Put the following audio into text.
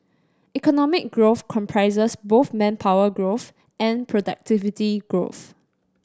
economic growth comprises both manpower growth and productivity growth